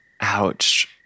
Ouch